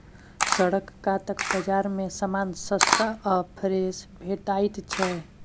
सड़क कातक बजार मे समान सस्ता आ फ्रेश भेटैत छै